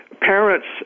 parents